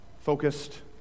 focused